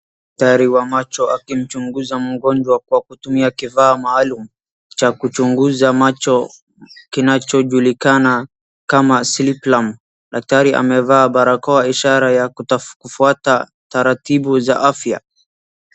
Daktari wa macho akimchunguza mgonjwa kwa kutumia kifaa maalum cha kuchunguza macho kinachojulikana kama sleeplam . Daktari amevaa barakoa ishara ya kutafu kufuata taratibu za afya.